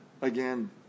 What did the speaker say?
again